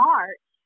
March